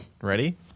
Ready